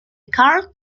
karl